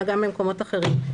אלא גם במקומות אחרים.